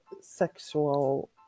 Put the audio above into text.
sexual